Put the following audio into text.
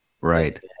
right